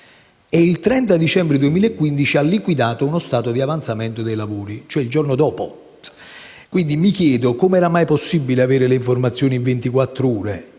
e il 30 dicembre 2015 ha liquidato uno stato di avanzamento dei lavori, cioè il giorno dopo; mi chiedo quindi come era possibile avere le informazioni in